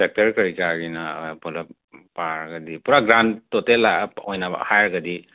tractor ꯀꯔꯤꯀꯔꯥꯒꯤꯅ ꯄꯨꯂꯞ ꯄꯥꯔꯒꯗꯤ ꯄꯨꯔꯥ ꯒ꯭ꯔꯥꯟꯇꯣꯇꯦꯜ ꯎꯞ ꯑꯣꯏꯅꯕ ꯍꯥꯏꯔꯒꯗꯤ